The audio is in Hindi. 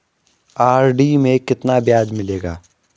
आर.डी में कितना ब्याज मिलेगा?